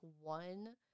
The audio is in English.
one